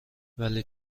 ولی